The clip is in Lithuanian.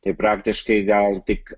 tai praktiškai gal tik